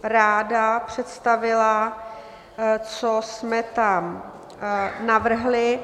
Ráda bych představila, co jsme tam navrhli.